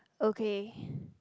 okay